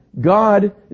God